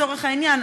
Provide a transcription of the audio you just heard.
לצורך העניין,